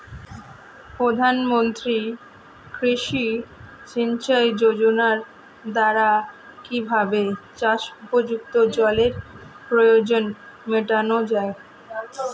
প্রধানমন্ত্রী কৃষি সিঞ্চাই যোজনার দ্বারা কিভাবে চাষ উপযুক্ত জলের প্রয়োজন মেটানো য়ায়?